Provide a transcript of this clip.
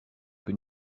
que